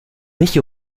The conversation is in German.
mich